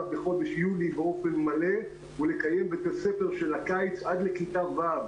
בחודש יולי באופן מלא ולקיים בית הספר של הקיץ עד כיתה ו',